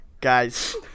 Guys